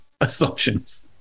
assumptions